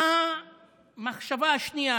מה המחשבה השנייה?